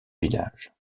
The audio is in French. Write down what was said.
village